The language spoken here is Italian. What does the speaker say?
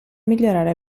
migliorare